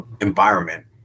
environment